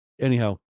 Anyhow